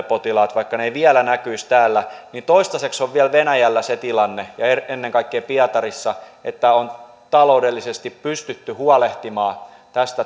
potilaat eivät näkyisi täällä niin toistaiseksi on vielä venäjällä se tilanne ja ennen kaikkea pietarissa että on taloudellisesti pystytty huolehtimaan tästä